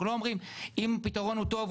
אנחנו לא אומרים אם פתרון הוא טוב,